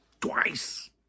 twice